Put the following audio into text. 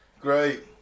great